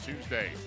Tuesday